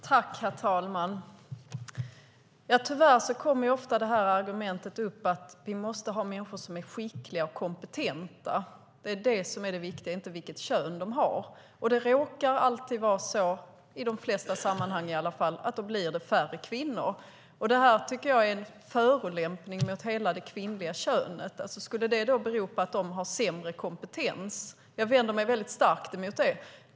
Herr talman! Tyvärr kommer ofta argumentet att vi måste ha människor som är skickliga och kompetenta upp. Det är det som är det viktiga och inte vilket kön de har. Och det råkar alltid vara så, i de flesta sammanhang i alla fall, att då blir det färre kvinnor. Jag tycker att detta är en förolämpning mot hela det kvinnliga könet. Skulle det bero på att de har sämre kompetens? Jag vänder mig mycket starkt emot det.